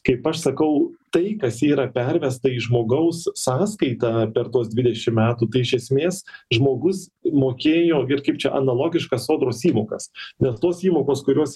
kaip aš sakau tai kas yra pervesta į žmogaus sąskaitą per tuos dvidešim metų tai iš esmės žmogus mokėjo ir kaip čia analogiškas sodros įmokas nes tos įmokos kurios